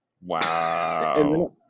Wow